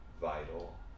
vital